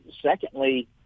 secondly